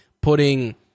Putting